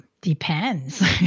depends